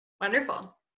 Wonderful